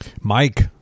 Mike